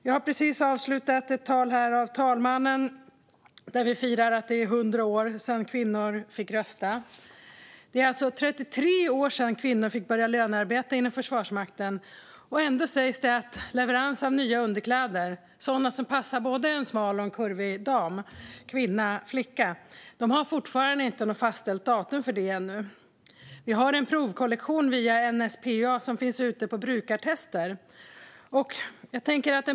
Vi har precis hört talmannen berätta i sitt tal att vi firar att det är 100 år sedan kvinnor fick rösträtt. Det är 33 år sedan kvinnor fick börja lönearbeta inom Försvarsmakten. Ändå sägs det att leverans av nya underkläder, sådana som passar både en smal och en kurvig kvinna, fortfarande inte har något fastställt datum. En provkollektion via NSPA finns ute på brukartester.